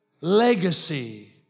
legacy